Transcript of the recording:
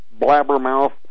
blabbermouth